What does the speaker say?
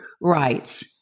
rights